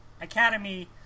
Academy